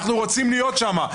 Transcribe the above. אנחנו רוצים להיות שם.